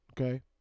okay